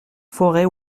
forêt